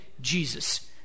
Jesus